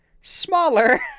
smaller